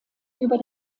über